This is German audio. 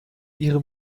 ihrem